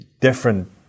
different